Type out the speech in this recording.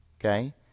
Okay